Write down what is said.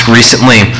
recently